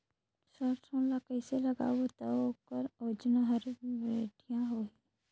सरसो ला कइसे लगाबो ता ओकर ओजन हर बेडिया होही?